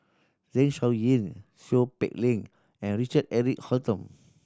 Zeng Shouyin Seow Peck Leng and Richard Eric Holttum